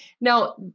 Now